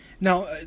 Now